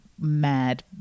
mad